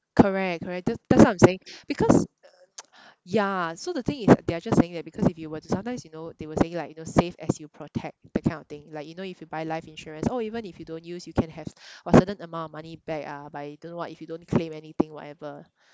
correct correct that's that's what I'm saying because ya so the thing is they are just saying that because if you were to sometimes you know they were saying like you know save as you protect that kind of thing like you know if you buy like life insurance oh even if you don't use you can have a certain amount of money back uh by don't know what if you don't claim anything whatever